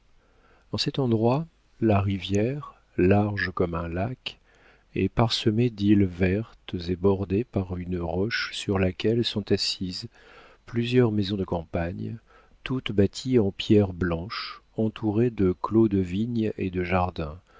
en cet endroit la rivière large comme un lac est parsemée d'îles vertes et bordée par une roche sur laquelle sont assises plusieurs maisons de campagne toutes bâties en pierre blanche entourées de clos de vigne et de jardins